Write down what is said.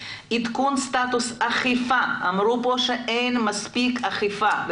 עדכון סטטוס אכיפה אמרו פה שאין מספיק אכיפה,